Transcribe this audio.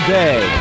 day